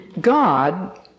God